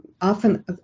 often